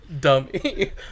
dummy